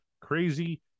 Crazy